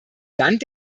land